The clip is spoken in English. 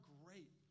great